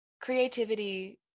creativity